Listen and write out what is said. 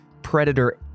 Predator